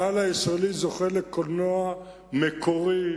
הקהל הישראלי זוכה לקולנוע מקורי,